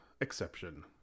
exception